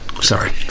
Sorry